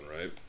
right